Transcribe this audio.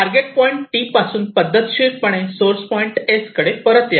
target point T पासून पद्धतशीरपणे source point S कडे परत यावे